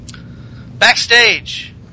Backstage